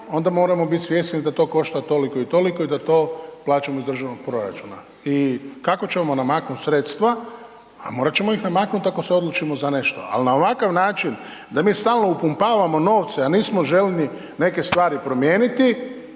onda moramo biti svjesni da to košta toliko i toliko i da to plaćamo iz državnog proračuna. I kako ćemo namaknuti sredstva, a morati ćemo ih namaknuti ako se odlučimo za nešto, ali na ovakav način da mi stalno upumpavamo novce, a nismo željni neke stvari promijeniti,